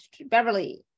Beverly